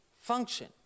function